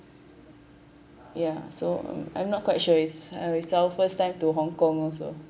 ya so um I'm not quite sure it's uh it's our first time to hong kong also